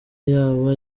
yaba